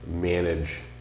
manage